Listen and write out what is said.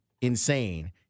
insane